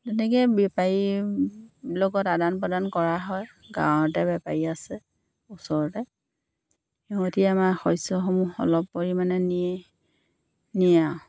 তেনেকৈ বেপাৰীৰ লগত আদান প্ৰদান কৰা হয় গাঁৱতে বেপাৰী আছে ওচৰতে সিহঁতি আমাৰ শস্যসমূহ অলপ পৰিমাণে নিয়ে নিয়ে আৰু